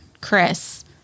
Chris